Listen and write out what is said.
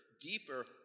deeper